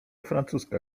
francuska